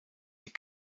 die